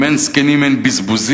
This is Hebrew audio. אם אין זקנים אין בזבוזים,